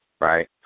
right